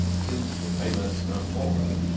since the famous mount morgan,